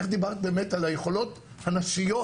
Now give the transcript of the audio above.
איך דיברת באמת על היכולות הנשיות.